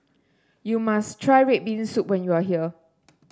you must try red bean soup when you are here